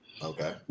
Okay